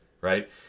right